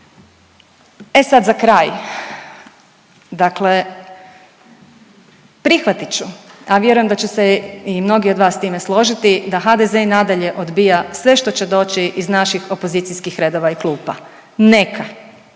E sad za kraj, dakle prihvatit ću, a vjerujem da će se i mnogi od vas s time složiti da HDZ i nadalje odbija sve što će doći iz naših opozicijskih redova i klupa. Neka,